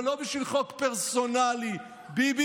ולא בשביל חוק פרסונלי ביבי,